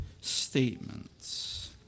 statements